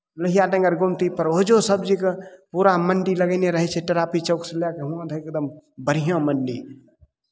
लोहिया नगर गुमटीपर ओजऽ सबजीके पूरा मण्डी लगयने रहै छै ट्राफिक चौकसँ लए कऽ वहाँ तक एकदम बढ़िआँ मण्डी